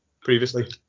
previously